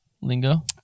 Lingo